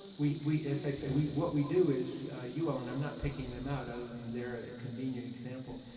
we we as i said, we what we do is you own, i'm not picking them out other than their convenient example.